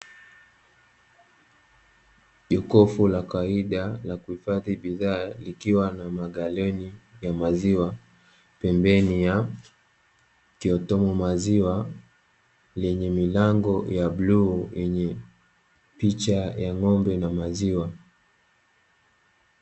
Jokofu la kawaida la kuhifahi bidhaa ikiwa na magaroni ya maziwa pembeni ya kiotomo maziwa, yenye milango ya bluu yenye picha ya ng’ombe na maziwa.